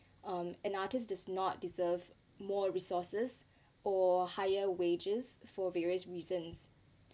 um an artist does not deserve more resources or higher wages for various reasons